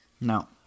No